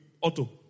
auto